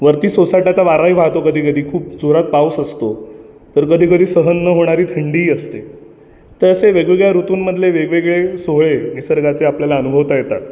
वरती सोसाट्याचा वाराही वाहतो कधी कधी खूप जोरात पाऊस असतो तर कधी कधी सहन न होणारी थंडीही असते तर असे वेगवेगळ्या ऋतुंमधले वेगवेगळे सोहळे निसर्गाचे आपल्याला अनुभवता येतात